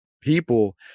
people